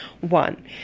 one